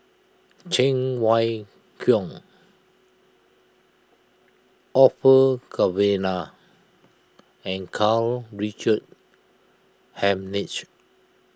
Cheng Wai Keung Orfeur Cavenagh and Karl Richard Hanitsch